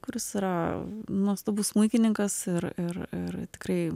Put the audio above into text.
kuris yra nuostabus smuikininkas ir ir ir tikrai